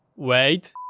wait!